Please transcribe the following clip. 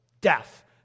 Death